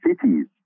cities